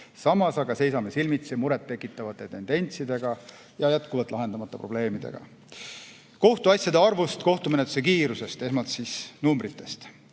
Samas aga seisame silmitsi muret tekitavate tendentsidega ja jätkuvalt lahendamata probleemidega. Kohtuasjade arvust ja kohtumenetluse kiirusest. Esmalt numbritest.